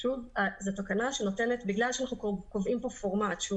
בגלל שאנחנו קובעים פה פורמט שהוא